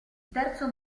terzo